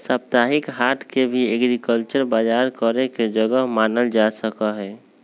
साप्ताहिक हाट के भी एग्रीकल्चरल बजार करे के जगह मानल जा सका हई